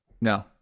No